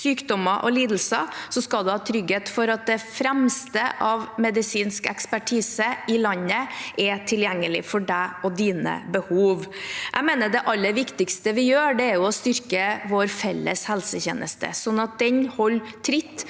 sykdommer og lidelser – man skal ha trygghet for at det fremste av medisinsk ekspertise i landet er tilgjengelig for seg og sine behov. Jeg mener det aller viktigste vi gjør, er å styrke vår felles helsetjeneste, slik at den holder tritt